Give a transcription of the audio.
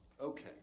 Okay